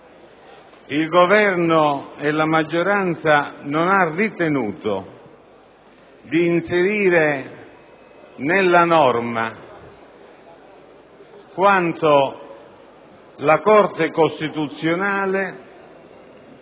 il Governo, con la sua maggioranza, non ha ritenuto di inserire nella norma quanto la Corte costituzionale